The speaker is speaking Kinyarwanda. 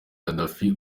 gaddafi